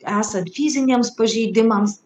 esant fiziniams pažeidimams